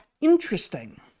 interesting